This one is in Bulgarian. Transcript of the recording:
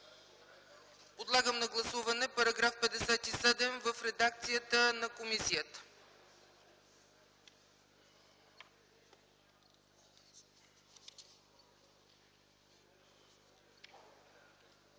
Подлагам на гласуване § 57 в редакцията на комисията.